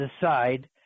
decide